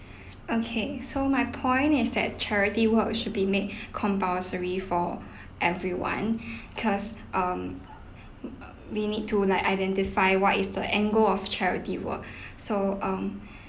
okay so my point is that charity work should be made compulsory for everyone cause um we need to like identify what is the end goal of charity work so um